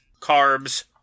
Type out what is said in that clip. carbs